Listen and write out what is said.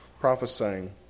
prophesying